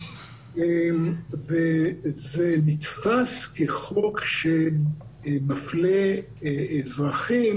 וזה נתפס כחוק שמפלה אזרחים